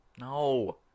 No